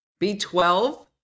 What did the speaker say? B12